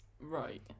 Right